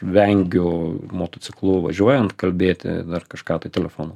vengiu motociklu važiuojant kalbėti dar kažką tai telefonu